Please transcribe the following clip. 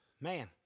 Man